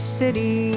city